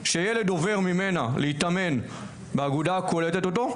שילד עובר ממנה להתאמן באגודה הקולטת אותו,